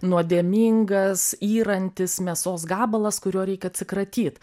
nuodėmingas yrantis mėsos gabalas kurio reikia atsikratyt